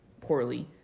poorly